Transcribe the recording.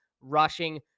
rushing